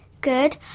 Good